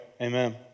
amen